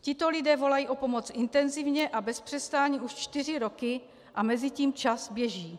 Tito lidé volají o pomoc intenzivně a bez přestání už čtyři roky a mezitím čas běží.